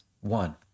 one